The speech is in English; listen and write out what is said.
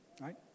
Right